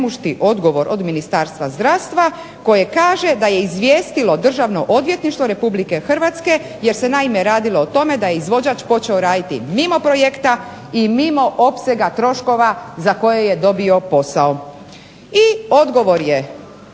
odgovor od Ministarstva zdravstva koje kaže da je izvijestilo Državno odvjetništvo Republike Hrvatske jer se naime radilo o tome da je izvođač počeo raditi mimo projekta i mimo opsega troškova za koje je dobio posao. I odgovor je